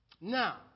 Now